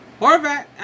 Horvat